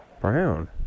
Brown